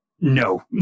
no